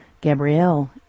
Gabrielle